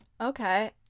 Okay